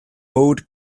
oude